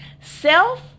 Self